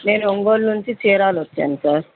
నేను ఒంగోలు నుంచి చీరాల వచ్చాను సార్